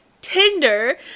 tinder